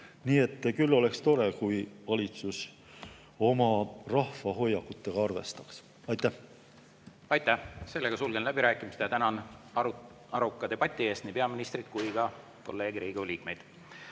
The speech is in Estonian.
Nii et küll oleks tore, kui valitsus oma rahva hoiakutega arvestaks. Aitäh! Aitäh! Sulgen läbirääkimised ja tänan aruka debati eest nii peaministrit kui ka kolleege, Riigikogu liikmeid.